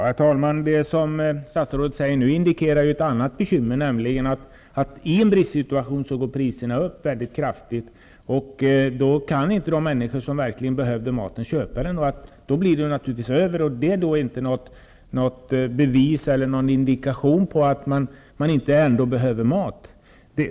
Herr talman! Det som statsrådet säger nu indikerar ett annat bekymmer, nämligen att i en bristsituation går priserna upp mycket kraftigt. Då kan inte de människor som verkligen behöver mat köpa den. Då blir det varor över. Det är inte något bevis för eller någon indikation på att man inte behöver mat.